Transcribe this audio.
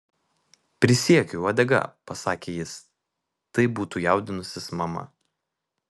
prisiekiu uodega pasakė jis tai būtų jaudinusis mama